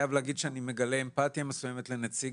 בקיצור, צריך להפסיק לדבר וצריך להתחיל לעשות.